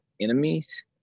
enemies